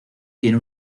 tiene